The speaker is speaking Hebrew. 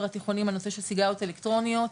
התיכוניים על נושא של סיגריות אלקטרוניות,